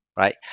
right